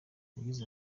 yagize